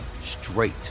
straight